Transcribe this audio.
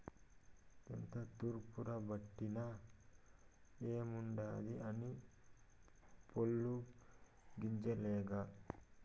ఎంత తూర్పారబట్టిన ఏముండాది అన్నీ పొల్లు గింజలేగా